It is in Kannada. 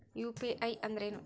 ಯು.ಪಿ.ಐ ಅಂದ್ರೇನು?